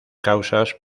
causas